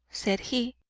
said he.